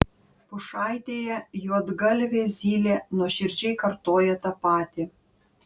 pušaitėje juodgalvė zylė nuoširdžiai kartoja tą patį